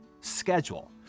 schedule